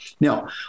Now